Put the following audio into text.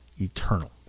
eternal